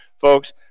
folks